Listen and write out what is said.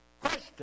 Question